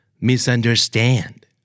Misunderstand